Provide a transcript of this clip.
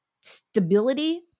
stability